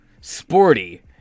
sporty